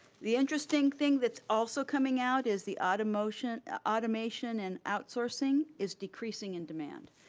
the interesting thing that's also coming out is the automation ah automation and outsourcing is decreasing in demand.